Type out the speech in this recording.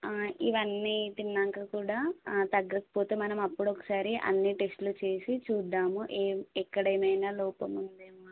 ఇవన్నీ తిన్నాక కూడా తగ్గకపోతే మనం అప్పుడు ఒకసారి అన్ని టెస్టులు చేసి చూద్దాము ఎక్కడ ఏమైన లోపం ఉందేమో అని